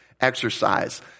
exercise